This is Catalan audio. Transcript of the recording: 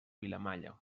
vilamalla